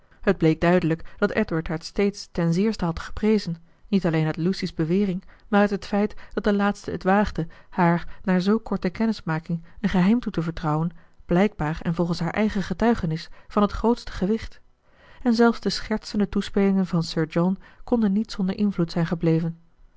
het bleek duidelijk dat edward haar steeds ten zeerste had geprezen niet alleen uit lucy's bewering maar uit het feit dat de laatste het waagde haar na zoo korte kennismaking een geheim toe te vertrouwen blijkbaar en volgens haar eigen getuigenis van het grootste gewicht en zelfs de schertsende toespelingen van sir john konden niet zonder invloed zijn gebleven